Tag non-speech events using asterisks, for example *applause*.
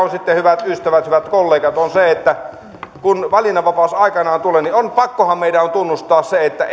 sitten hyvät ystävät hyvät kollegat on se että kun valinnanvapaus aikanaan tulee niin pakkohan meidän on tunnustaa että *unintelligible*